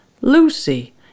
Lucy